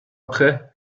après